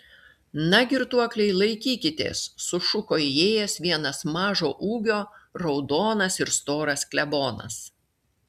na girtuokliai laikykitės sušuko įėjęs vienas mažo ūgio raudonas ir storas klebonas